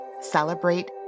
celebrate